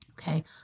okay